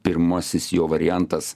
pirmasis jo variantas